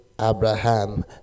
Abraham